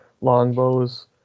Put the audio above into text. longbows